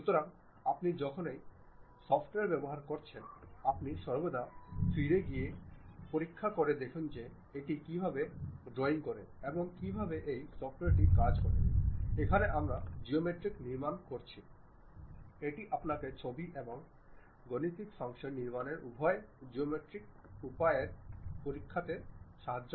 সুতরাং প্রথমে এই স্থানে একটি অবিলম্বে নির্মাণ করুন স্কেচে যান সম্ভবত এটি পলিগন একটি পলিগন 4 ইউনিটের আমি চারটি সারফেস চাই আমি একটি বর্গক্ষেত্র পেতে চাই